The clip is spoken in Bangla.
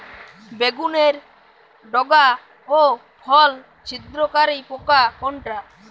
বেগুনের ডগা ও ফল ছিদ্রকারী পোকা কোনটা?